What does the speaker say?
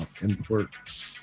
import